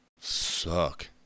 suck